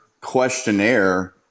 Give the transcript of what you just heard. questionnaire